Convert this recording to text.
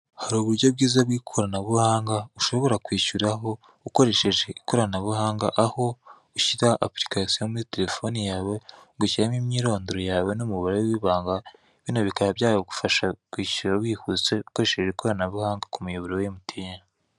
Hari uburyo bwiza bw'ikoranabuhanga ushobora kwishyuraho ukoresheje ikoranabuhanga aho ushyira apurikasiyo muri terefone yawe ugashyiramo imyirondoro yawe n'umubare w'ibanga, bino bikaba byagufasha kw'ishyura wihuse ukoresheje ikoranabuhanga ku muyoboro wa MTN.